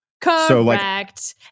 Correct